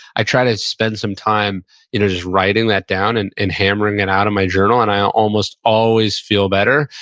i try to spend some time you know just writing that down and and hammering it and out of my journal and i almost always feel better,